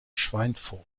schweinfurt